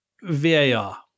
VAR